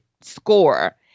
score